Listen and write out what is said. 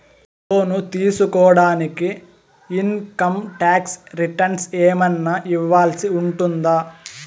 లోను తీసుకోడానికి income tax returns ఏమన్నా ఇవ్వాల్సి ఉంటుందా